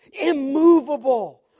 immovable